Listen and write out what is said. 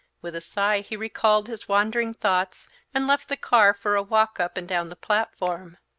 with a sigh he recalled his wandering thoughts and left the car for a walk up and down the platform.